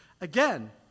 Again